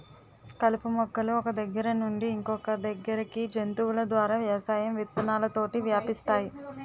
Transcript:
కలుపు మొక్కలు ఒక్క దగ్గర నుండి ఇంకొదగ్గరికి జంతువుల ద్వారా వ్యవసాయం విత్తనాలతోటి వ్యాపిస్తాయి